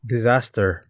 Disaster